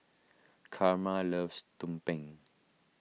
Karma loves Tumpeng